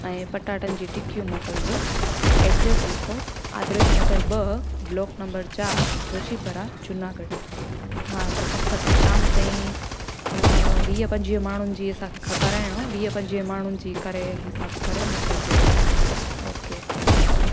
ऐं पटाटनि जी टिकियूं मोकिलिजो एड्रेस लिखो आर्दश नगर ॿ ब्लॉक नंबर चारि जोशी परा जूनागढ हा त पकु तव्हां शाम तई वीअ पंजुवीह माण्हुनि जी असांखे कराइणो आहे वीह पंजुवीह माण्हुनि जी करे हिसाब करे मोकलजो रोटी ओके थैंक्यू